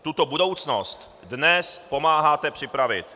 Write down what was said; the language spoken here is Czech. Tuto budoucnost dnes pomáháte připravit.